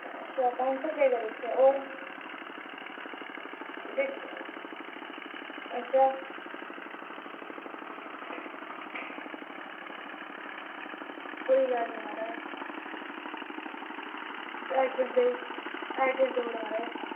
अच्छा तंद उप्परै ई करी ओड़चै होर ते अच्छा कोई गल्ल निं महाराज अड्रैस देई ओ अड्रैस देई ओड़ो महाराज अपना